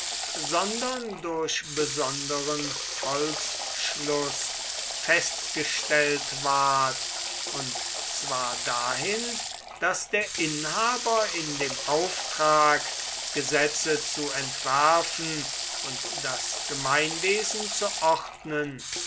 sondern durch besonderen volksschluß festgestellt ward und zwar dahin daß der inhaber in dem auftrag gesetze zu entwerfen und das gemeinwesen zu ordnen